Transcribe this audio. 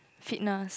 fitness